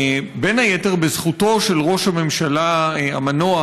בין היתר בזכותו של ראש הממשלה המנוח,